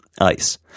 ICE